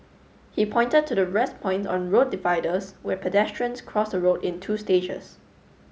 he pointed to the rest point on road dividers where pedestrians cross the road in two stages